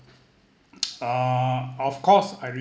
um of course I